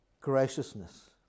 graciousness